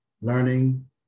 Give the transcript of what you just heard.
Learning